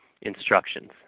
instructions